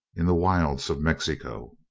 in the wilds of mexico.